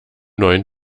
neuen